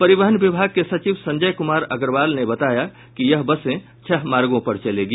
परिवहन विभाग के सचिव संजय कुमार अग्रवाल ने बताया कि ये बसें छह मार्गों पर चलेंगी